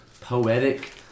poetic